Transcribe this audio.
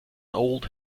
old